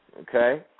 Okay